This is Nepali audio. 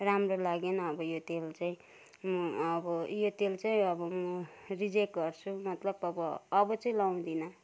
राम्रो लागेन अब यो तेल चाहिँ अब यो तेल चाहिँ अब म रिजेक्ट गर्छु मतलब अब अब चाहिँ लगाउँदिन